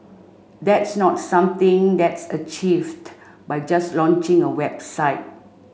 that's not something that's achieved by just launching a website